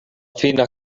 fina